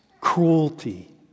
cruelty